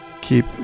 keep